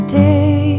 day